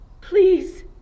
Please